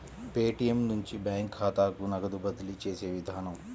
Paytm నుంచి bank ఖాతాకు నగదు బదిలీ చేసే విధానం